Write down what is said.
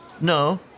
No